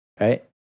right